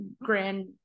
grand